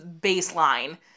baseline